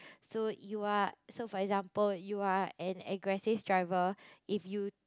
so you are so for example you are an aggressive driver if you